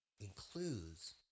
includes